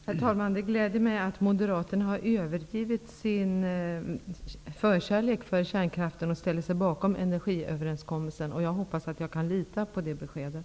Herr talman! Det gläder mig att Moderaterna övergivit sin förkärlek för kärnkraft och ställer sig bakom energiöverenskommelsen. Jag hoppas att jag kan lita på det beskedet.